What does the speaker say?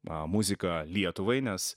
muziką lietuvai nes